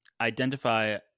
identify